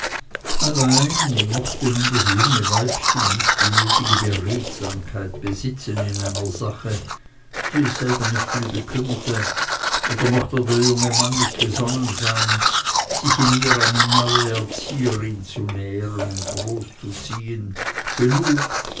allein mochte nun das junge weibchen nicht die nötige beredsamkeit besitzen in einer sache die es selber nicht viel kümmerte oder mochte der junge mann nicht gesonnen sein sich in ihr eine neue erzieherin zu nähren und großzuziehen genug